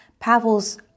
Pavel's